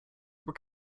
were